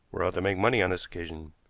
we're out to make money on this occasion.